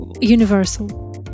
universal